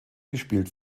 gespielt